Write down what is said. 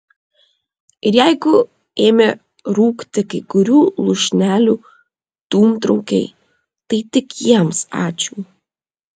ir jeigu ėmė rūkti kai kurių lūšnelių dūmtraukiai tai tik jiems ačiū